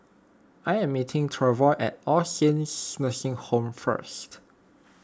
I am meeting Treyvon at All Saints Nursing Home first